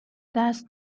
دست